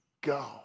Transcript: go